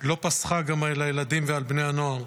לא פסחה גם על הילדים ועל בני הנוער.